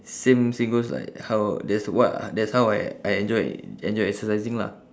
same same goes like how that's what ah that's how I I enjoy enjoy exercising lah